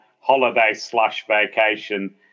holiday-slash-vacation